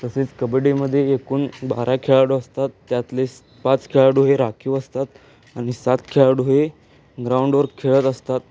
तसेच कबड्डीमध्ये एकूण बारा खेळाडू असतात त्यातले पाच खेळाडू हे राखीव असतात आणि सात खेळाडू हे ग्राउंडवर खेळत असतात